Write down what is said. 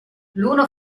l’uno